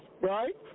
right